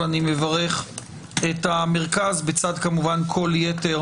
ואני מברך את המרכז בצד כמובן כל יתר